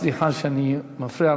סליחה שאני מפריע,